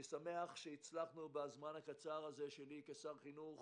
אני שמח שהצלחנו בזמן הקצר הזה שלי כשר חינוך